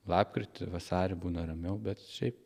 lapkritį vasarį būna ramiau bet šiaip